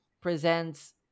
presents